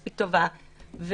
מספיק טובה.